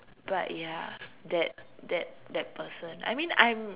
but ya that that that person I mean I'm